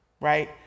right